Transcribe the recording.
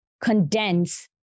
condense